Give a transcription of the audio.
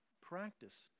practice